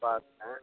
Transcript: பார்த்தேன்